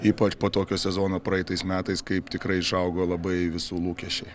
ypač po tokio sezono praeitais metais kaip tikrai išaugo labai visų lūkesčiai